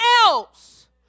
else